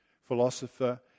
philosopher